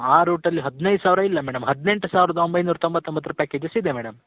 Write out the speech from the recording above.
ಆ ರೂಟಲ್ಲಿ ಹದಿನೈದು ಸಾವಿರ ಇಲ್ಲ ಮೇಡಮ್ ಹದಿನೆಂಟು ಸಾವಿರದ ಒಂಬೈನೂರ ತೊಂಬತ್ತೊಂಬತ್ತು ರುಪಾಯಿ ಪ್ಯಾಕೆಜಸ್ ಇದೆ ಮೇಡಮ್